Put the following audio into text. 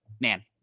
man